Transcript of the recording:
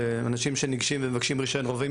לאנשים שניגשים ומבקשים רישיון עם רובאי